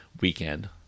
weekend